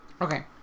Okay